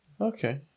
okay